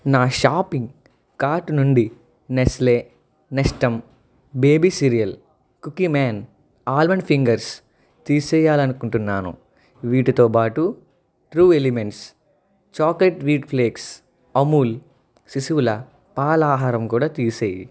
నా shopping cart నుండి Nestle Nestum baby cereal Cookie Man almond fingers తీసేయాలనుకుంటున్నాను వీటితోబాటు True Elements chocolate wheat flakes Amul శిశువుల పాల ఆహారం కూడా తీసేయి